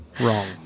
Wrong